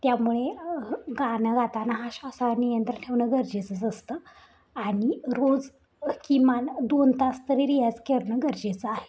त्यामुळे गाणं गाताना हा श्वासावर नियंत्रण ठेवणं गरजेचंच असतं आणि रोज किमान दोन तास तरी रियाज करणं गरजेचं आहे